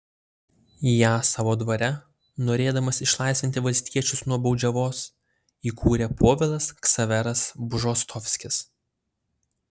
ją savo dvare norėdamas išlaisvinti valstiečius nuo baudžiavos įkūrė povilas ksaveras bžostovskis